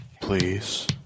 please